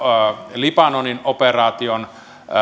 libanonin operaation